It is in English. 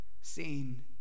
seen